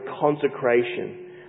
consecration